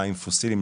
מים פוסיליים,